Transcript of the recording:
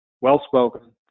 well-spoken